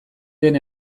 den